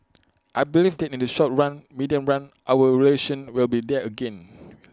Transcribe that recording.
I believe that in the short run medium run our relations will be there again